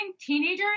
teenagers